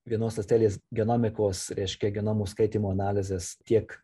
vienos ląstelės genomikos reiškia genomo skaitymo analizės tiek